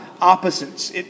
opposites